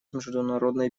международной